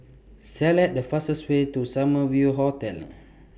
Select The fastest Way to Summer View Hotel